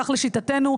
כך לשיטתנו,